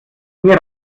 mir